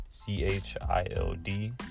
C-H-I-L-D